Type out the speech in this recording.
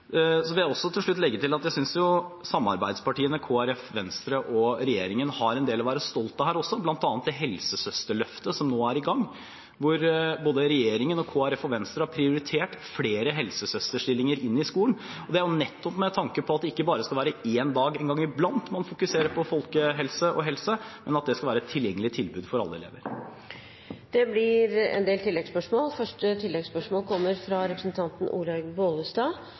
Jeg vil til slutt legge til at jeg synes samarbeidspartiene Kristelig Folkeparti og Venstre og regjeringen har en del å være stolt av her også, bl.a. det helsesøsterløftet som nå er i gang, hvor både regjeringen, Kristelig Folkeparti og Venstre har prioritert flere helsesøsterstillinger inn i skolen. Det er nettopp med tanke på at det ikke bare skal være en dag en gang i blant man fokuserer på folkehelse og helse, men at det skal være et tilgjengelig tilbud for alle elever. Det blir en del